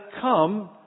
come